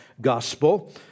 gospel